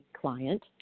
client